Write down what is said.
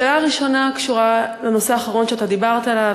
השאלה הראשונה קשורה לנושא האחרון שאתה דיברת עליו,